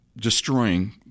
destroying